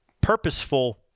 purposeful